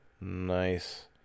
nice